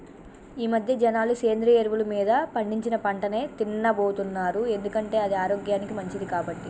ఈమధ్య జనాలు సేంద్రియ ఎరువులు మీద పండించిన పంటనే తిన్నబోతున్నారు ఎందుకంటే అది ఆరోగ్యానికి మంచిది కాబట్టి